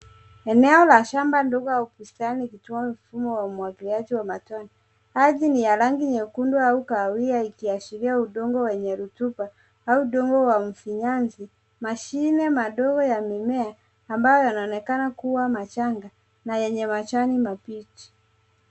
Eneo la shamba ndogo au bustani likiwa mfumo wa umwagiliaji wa matone. Ardhi ni ya rangi nyekundu au kahawia ikiashiria udongo wenye rotuba au udongo wa mfinyanzi. Mashine madogo ya mimea amabyo yanaonekana kuwa machanga na yenye majani mabichi.